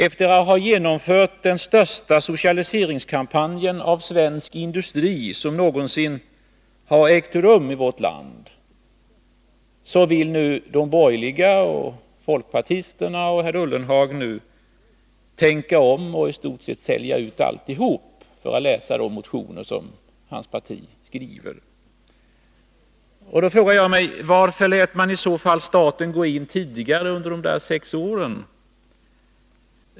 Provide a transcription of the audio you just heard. Efter att ha genomfört den största socialiseringskampanjen av svensk industri som någonsin har ägt rum i vårt land, vill nu de borgerliga med folkpartisterna och herr Ullenhag tänka om och i stort sett sälja ut alltihop. Det står att läsa i de motioner som herr Ullenhags parti skriver. Då frågar jag mig: Varför lät man i så fall staten gå in under de sex regeringsåren?